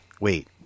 Wait